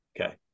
Okay